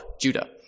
Judah